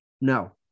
no